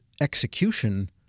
execution